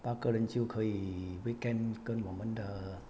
八个人就可以 weekend 跟我们的